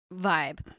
vibe